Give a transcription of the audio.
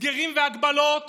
הסגרים והגבלות